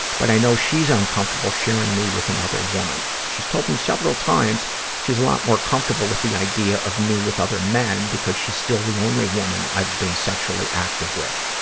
but i know she's uncomfortable sharing me with another woman. she's told me several times she's a lot more comfortable with the idea of me with other men because she still the only woman i've been sexually active with.